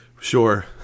Sure